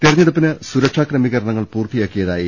തെരഞ്ഞെടുപ്പിന് സുരക്ഷാക്രമീകരണങ്ങൾ പൂർത്തിയാക്കിയതായി